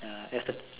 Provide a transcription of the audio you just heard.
uh effort